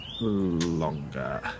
longer